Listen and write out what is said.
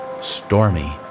Stormy